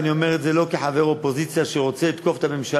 ואני לא אומר את זה כחבר האופוזיציה שרוצה לתקוף את הממשלה